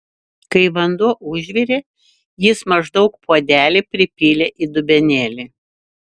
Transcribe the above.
kai vanduo užvirė jis maždaug puodelį pripylė į dubenėlį